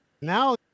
Now